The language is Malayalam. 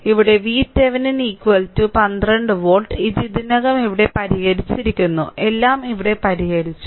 ഇവിടെ VThevenin 12 വോൾട്ട് ഇത് ഇതിനകം ഇവിടെ പരിഹരിച്ചിരിക്കുന്നു എല്ലാം ഇവിടെ പരിഹരിച്ചു